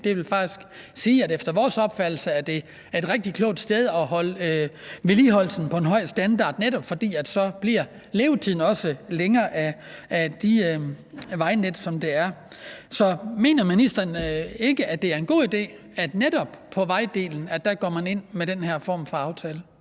Det vil faktisk sige, at det efter vores opfattelse er et rigtig klogt sted at holde vedligeholdelsen på en høj standard, netop fordi levetiden af de vejnet, der er, så også bliver længere. Så mener ministeren ikke, det er en god idé, at man netop på vejdelen går ind med den her form for aftale?